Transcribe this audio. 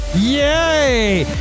yay